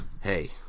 hey